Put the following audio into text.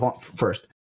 First